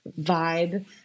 vibe